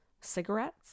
cigarettes